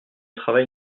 travail